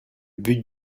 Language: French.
but